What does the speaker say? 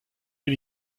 bin